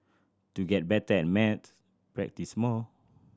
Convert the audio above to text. to get better at practice more